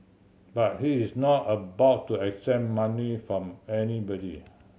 but he is not about to accept money from anybody